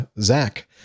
zach